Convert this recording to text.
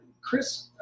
Chris